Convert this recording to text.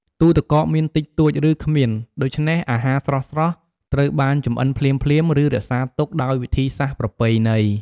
ទូរទឹកកកមានតិចតួច ឬគ្មាន ដូច្នេះអាហារស្រស់ៗត្រូវបានចម្អិនភ្លាមៗ ឬរក្សាទុកដោយវិធីសាស្ត្រប្រពៃណី។